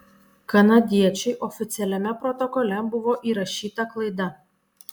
kanadiečiui oficialiame protokole buvo įrašyta klaida